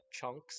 chunks